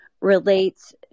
relates